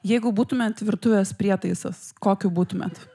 jeigu būtumėt virtuvės prietaisas kokiu būtumėt